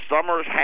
Summers